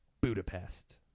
Budapest